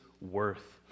worth